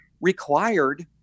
required